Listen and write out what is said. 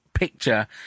picture